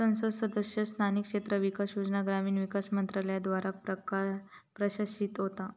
संसद सदस्य स्थानिक क्षेत्र विकास योजना ग्रामीण विकास मंत्रालयाद्वारा प्रशासित होता